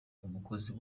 umukozi